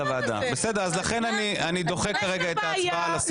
לכן אני דוחה כרגע את הדיון על זה.